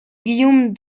guillaume